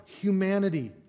humanity